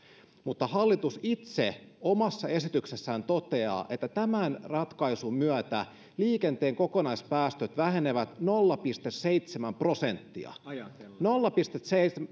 mutta hallitus itse omassa esityksessään toteaa että tämän ratkaisun myötä liikenteen kokonaispäästöt vähenevät nolla pilkku seitsemän prosenttia nolla pilkku